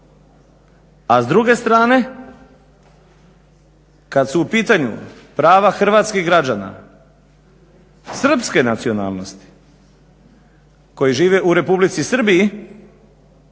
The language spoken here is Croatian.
A s druge strane, kad su u pitanju prava hrvatskih građana srpske nacionalnosti koji žive u Republici Srbiji